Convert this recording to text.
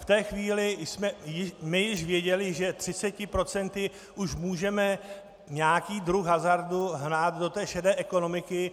V té chvíli jsme my již věděli, že 30 procenty už můžeme nějaký druh hazardu hnát do šedé ekonomiky.